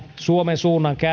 suomen suunnan